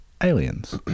aliens